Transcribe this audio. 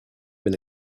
been